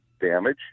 damage